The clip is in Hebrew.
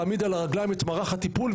להעמיד על הרגליים את מערך הטיפול,